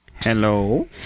Hello